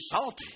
salty